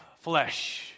flesh